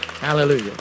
Hallelujah